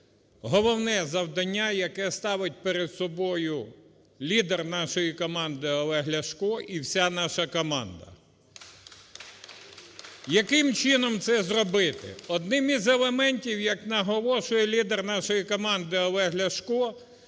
головне завдання, яке ставить перед собою лідер нашої команди Олег Ляшко і вся наша команда. Яким чином це зробити? Одним із елементів, як наголошує лідер нашої команди Олег Ляшко,